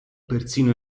persino